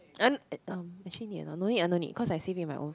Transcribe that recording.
um actually need or not no need ah no need cause I save it in my own